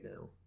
now